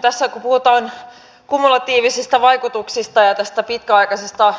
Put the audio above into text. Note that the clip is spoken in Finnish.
tässä kun puhutaan kumulatiivisista vaikutuksista ja pitkäaikaisesta